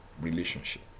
relationship